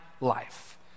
life